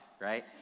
right